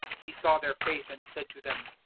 he saw their faith and said to him,